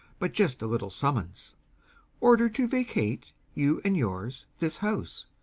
but just a little summons order to vacate, you and yours, this house,